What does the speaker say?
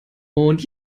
und